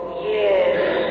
Yes